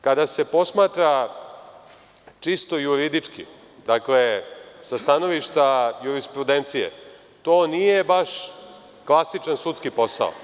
Kada se posmatra čisto juridički, sa stanovišta jurisprudencije, to nije klasičan sudski posao.